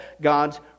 God's